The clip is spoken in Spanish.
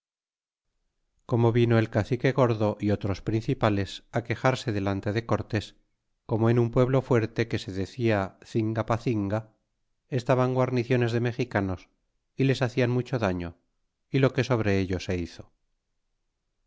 como vino el cacique gordo y otros principales quejarse delante de cortés como en un pueblo fuerte que se decia cingapacinga estaban guarniciones de mexicanos y les hacian mucho daño y lo que sobre ello se hizo